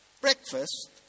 breakfast